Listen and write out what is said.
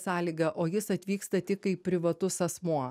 sąlyga o jis atvyksta tik kaip privatus asmuo